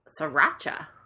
sriracha